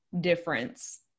difference